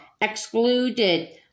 excluded